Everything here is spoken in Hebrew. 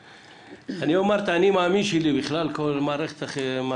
אני אומר את האני מאמין שלי, וגם לקטי.